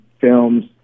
films